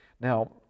Now